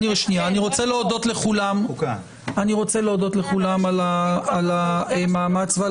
אני רוצה להודות לכולם על המאמץ ועל